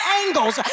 angles